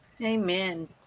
Amen